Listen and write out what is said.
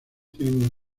tienen